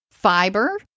fiber